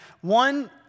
one